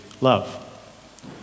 love